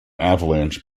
avalanche